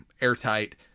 airtight